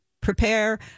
prepare